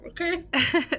okay